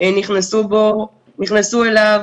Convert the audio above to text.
נכנסו אליו